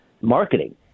marketing